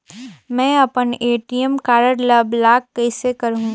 मै अपन ATM card ल ब्लाक कइसे करहूं?